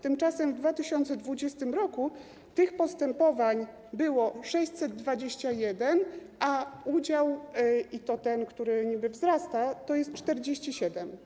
Tymczasem w 2020 r. tych postępowań było 621, a udział - i to ten, który niby wzrasta - to jest 47.